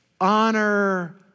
Honor